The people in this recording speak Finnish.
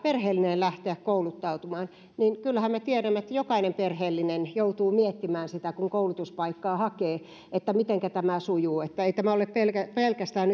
perheellinen lähteä kouluttautumaan kyllähän me tiedämme että jokainen perheellinen joutuu miettimään kun koulutuspaikkaa hakee että mitenkä tämä sujuu että ei tämä ole pelkästään